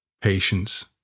patience